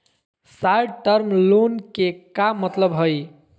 Short term loan के का मतलब हई?